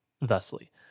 thusly